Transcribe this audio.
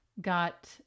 got